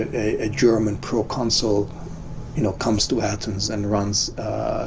a german pro-consul you know comes to athens. and runs,